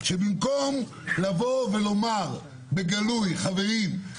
במקום לומר בגלוי: חברים,